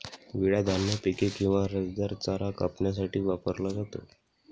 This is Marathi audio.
विळा धान्य पिके किंवा रसदार चारा कापण्यासाठी वापरला जातो